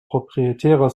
proprietärer